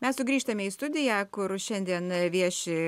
mes sugrįžtame į studiją kur šiandien vieši